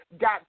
got